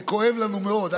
זה כואב לנו מאוד,